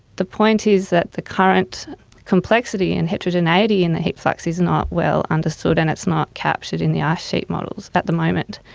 the point is that the current complexity and heterogeneity in the heat flux is not well understood and it's not captured in the ice sheet models at the moment.